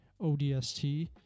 ODST